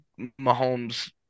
Mahomes –